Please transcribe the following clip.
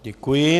Děkuji.